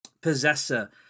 Possessor